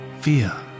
fear